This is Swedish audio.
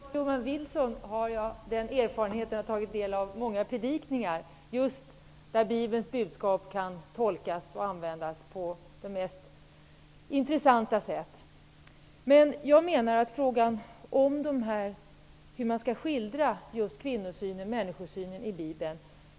Herr talman! Liksom Carl-Johan Wilson har jag erfarenheten att jag har tagit del av många predikningar. Jag vet att Bibelns budskap kan tolkas och användas på de mest intressanta sätt. Jag menar att frågan är hur man skall skildra kvinnooch människosynen.